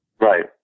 Right